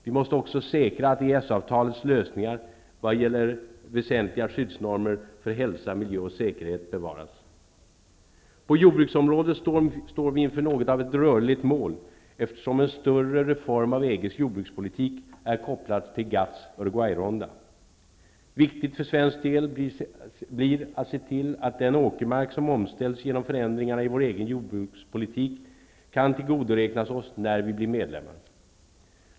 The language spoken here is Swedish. Vi måste också säkra att EES-avtalets lösningar vad gäller väsentliga skyddsnormer för hälsa, miljö och säkerhet bevaras. -- På jordbruksområdet står vi inför något av ett rörligt mål, eftersom en större reform av EG:s jordbrukspolitik är kopplad till GATT:s Uruguayrunda. Viktigt för svensk del blir att se till att den åkermark som omställs genom förändringarna i vår egen jordbrukspolitik kan tillgodoräknas oss när vi blir medlemmar.